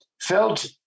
felt